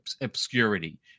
obscurity